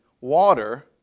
water